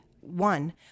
one